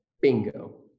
bingo